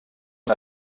una